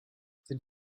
sind